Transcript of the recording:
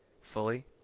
fully